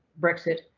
Brexit